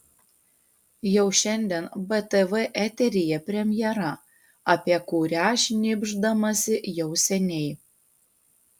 jau šiandien btv eteryje premjera apie kurią šnibždamasi jau seniai